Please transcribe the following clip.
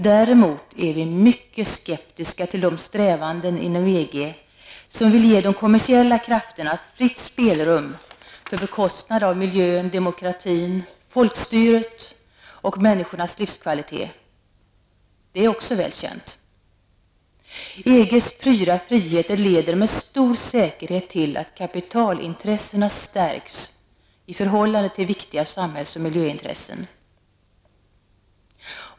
Däremot är vi mycket skeptiska till de strävanden inom EG som vill ge de kommersiella krafterna fritt spelrum på bekostnad av miljön, demokratin och folkstyret och människornas livskvalitet. Det är också väl känt. EGs fyra friheter leder med stor säkerhet till att kapitalintressena stärks i förhållande till viktiga samhälls och miljöintressen.